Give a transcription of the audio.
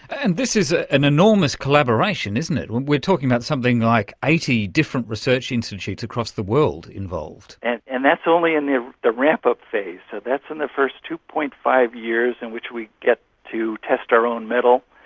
and this is ah an enormous collaboration, isn't it. we're talking about something like eighty different research institutes across the world involved. and and that's only in the ah the wrap-up phase, so that's in the first two. five years in which we get to test our own mettle,